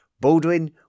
Baldwin